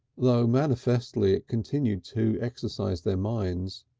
though manifestly it continued to exercise their minds.